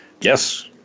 Yes